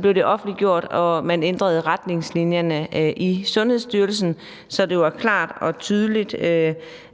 blev det offentliggjort, og man ændrede retningslinjerne i Sundhedsstyrelsen, så det var klart og tydeligt,